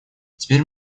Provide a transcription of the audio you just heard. теперь